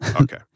Okay